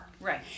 Right